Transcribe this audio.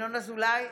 ינון אזולאי,